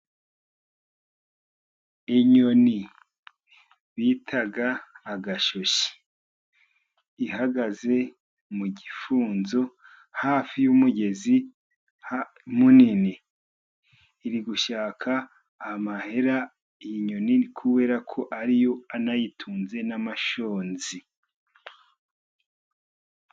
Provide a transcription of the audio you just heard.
Inyoni bita agashyushi ihagaze mu gifunzo hafi y'umugezi munini. Iri gushaka amahera iyi nyoni kubera ko ari yo anayitunze n'amashonzi.